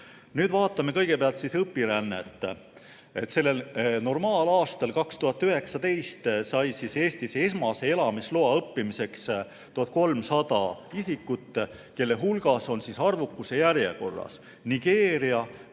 Nüüd vaatame kõigepealt õpirännet. Sellel normaalaastal, 2019 sai Eestis esmase elamisloa õppimiseks 1300 isikut, kelle hulgas on arvukuse järjekorras Nigeeria,